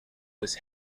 was